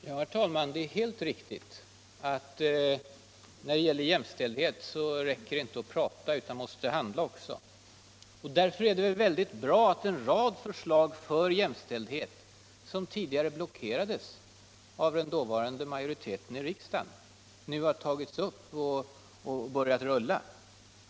Herr talman! Det är helt riktigt att det inte räcker att prata när det gäller jämställdhet — man måste handla också. Därför är det väl bra att arbetet på en rad förslag för att åstadkomma jämställdhet, vilka tidigare blockerades av den dåvarande majoriteten i riksdagen, nu har tagits upp och börjat rulla.